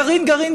גרעין,